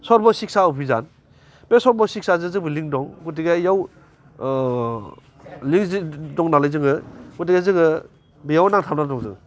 shrub शिक्सा अभिजान बे शर्ब शिक्साजों जोंबो लिंक दं गथिके इयाव लिंक दं नालाय जोङो गथेके जोङो बेयाव नांथाबना दं जों